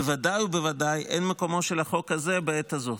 בוודאי ובוודאי אין מקומו של החוק הזה בעת הזאת.